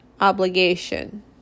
obligation